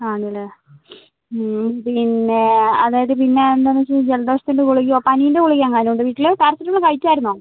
ആണല്ലേ പിന്നെ അതായത് പിന്നെ എന്താണെന്ന് വെച്ചാൽ ജലദോഷത്തിൻ്റെ ഗുളികയോ പനീൻ്റെ ഗുളികയെങ്ങാനും ഉണ്ടോ വീട്ടിൽ പാരസെറ്റമോൾ കഴിച്ചായിരുന്നോ